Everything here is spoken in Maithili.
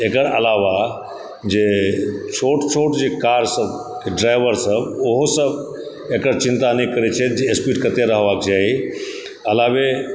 एकर अलावा जे छोट छोट जे कार सभके ड्राइवर सब ओहो सब एकर चिन्ता नहि करैत छथि जे स्पीड कतेक रहबाक चाही अलावा